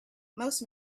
most